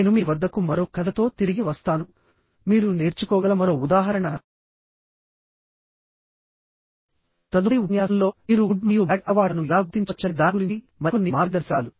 నేను మీ వద్దకు మరో కథతో తిరిగి వస్తానుమీరు నేర్చుకోగల మరో ఉదాహరణ తదుపరి ఉపన్యాసంలో మీరు గుడ్ మరియు బ్యాడ్ అలవాట్లను ఎలా గుర్తించవచ్చనే దాని గురించి మరికొన్ని మార్గదర్శకాలు